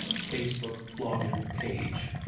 facebook login page.